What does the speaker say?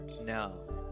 No